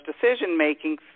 decision-making